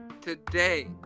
today